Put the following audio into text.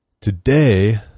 today